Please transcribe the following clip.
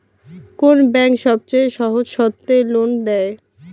কোন ব্যাংক সবচেয়ে সহজ শর্তে লোন দেয়?